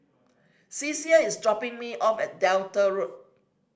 Ceasar is dropping me off at Delta Road